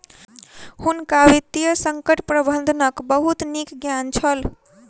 हुनका वित्तीय संकट प्रबंधनक बहुत नीक ज्ञान छल